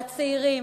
לצעירים,